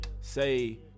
say